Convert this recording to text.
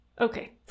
Okay